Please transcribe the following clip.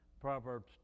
Proverbs